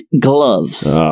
gloves